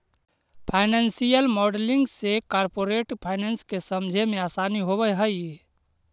financial modelling से corporate finance के समझे मेंअसानी होवऽ हई